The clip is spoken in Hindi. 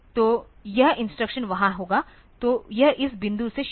तो यह इंस्ट्रक्शन वहा होगा तो यह इस बिंदु से शुरू होगा